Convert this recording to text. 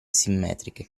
simmetriche